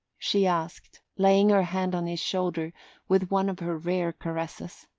she asked, laying her hand on his shoulder with one of her rare caresses.